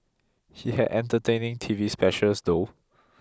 he had entertaining TV specials though